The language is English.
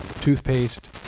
toothpaste